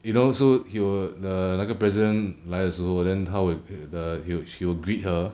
you know so he will the 那个 president 来的时候 then 他 will gr~ the he will he will greet her